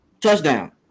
Touchdown